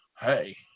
Hey